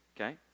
okay